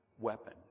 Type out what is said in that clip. weapon